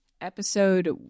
episode